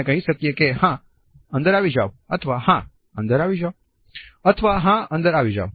આપણે કહી શકીએ કે 'હા અંદર આવી જાવ અથવા "હા અંદર આવી જાવ અથવા હા અંદર આવી જાવ